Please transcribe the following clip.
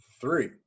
Three